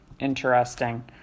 Interesting